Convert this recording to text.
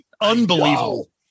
Unbelievable